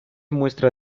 muestra